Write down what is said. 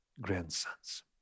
grandsons